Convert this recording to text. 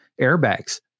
airbags